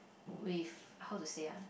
with how to say ah